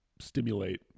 stimulate